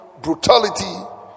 brutality